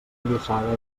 llossada